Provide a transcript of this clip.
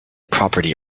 property